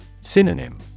SYNONYM